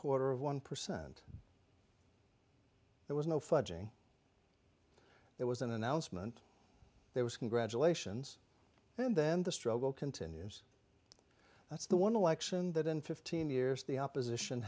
quarter of one percent there was no fudging there was an announcement there was congratulations and then the struggle continues that's the one election that in fifteen years the opposition